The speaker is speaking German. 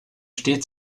steht